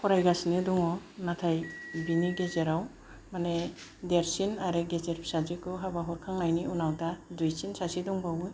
फरायगासिनो दङ नाथाय बिनि गेजेराव माने देरसिन आरो गेजेर फिसाजोखौ हाबा हरखांनायनि उनाव दा दुइसिन सासे दंबावो